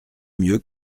mieux